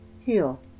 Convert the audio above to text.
heal